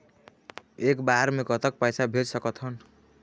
एक बार मे कतक पैसा भेज सकत हन?